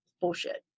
Bullshit